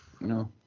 No